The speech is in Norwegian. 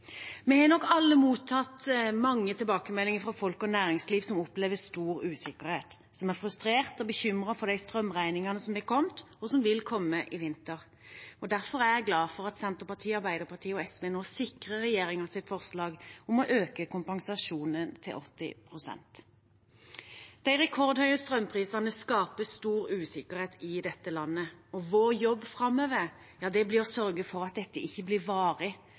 Vi har nok alle mottatt mange tilbakemeldinger fra folk og næringsliv som opplever stor usikkerhet, som er frustrert og bekymret over de strømregningene som har kommet, og som vil komme i vinter. Derfor er jeg glad for at Senterpartiet, Arbeiderpartiet og SV sikrer regjeringens forslag om å øke kompensasjonen til 80 pst. De rekordhøye strømprisene skaper stor usikkerhet i dette landet, og vår jobb framover vil bli å sørge for at dette ikke blir varig,